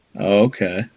Okay